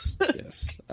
Yes